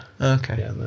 Okay